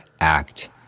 act